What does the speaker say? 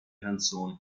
canzoni